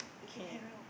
okay